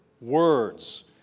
words